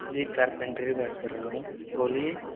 जी carpenter ही बात कर रहा हूँ बोलिए